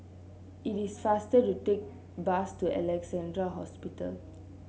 it is faster to take bus to Alexandra Hospital